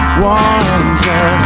wonder